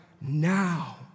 now